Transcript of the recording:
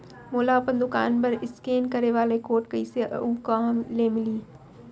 मोला अपन दुकान बर इसकेन करे वाले कोड कइसे अऊ कहाँ ले मिलही?